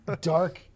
dark